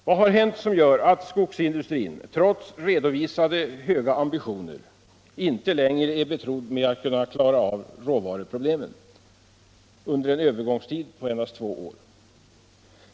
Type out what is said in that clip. Vad har hänt som gör att skogsindustrin, trots redovisade höga ambitioner, inte längre är betrodd att kunna klara av råvaruproblemen under en övergångstid av endast två år?